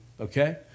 okay